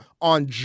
on